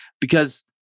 Because-